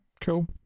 cool